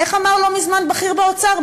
איך אמר לא מזמן בכיר באוצר?